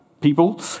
people